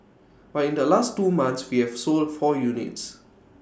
but in the last two months we have sold four units